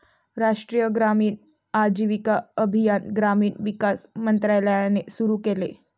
राष्ट्रीय ग्रामीण आजीविका अभियान ग्रामीण विकास मंत्रालयाने सुरू केले